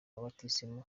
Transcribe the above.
batisimu